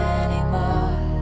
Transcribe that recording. anymore